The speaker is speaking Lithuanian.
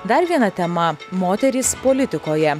dar viena tema moterys politikoje